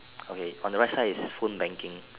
okay on the right side is phone banking